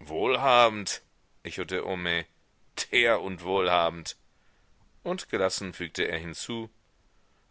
wohlhabend echote homais der und wohlhabend und gelassen fügte er hinzu